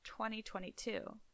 2022